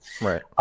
right